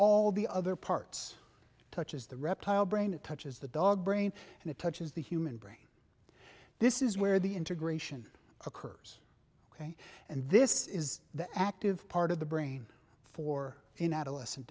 all the other parts such as the reptile brain it touches the dog brain and it touches the human brain this is where the integration occurs ok and this is the active part of the brain for in adolescent